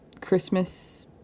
Christmas